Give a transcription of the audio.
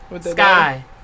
Sky